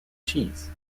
cheese